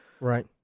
Right